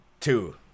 Two